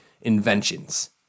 inventions